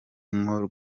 nko